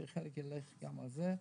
שחלק ילך גם לזה.